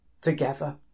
together